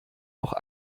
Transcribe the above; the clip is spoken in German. auch